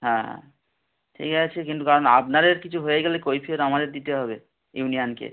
হ্যাঁ ঠিক আছে কিন্তু কারণ আপনাদের কিছু হয়ে গেলে কৈফিয়ত আমাদের দিতে হবে ইউনিয়ানকে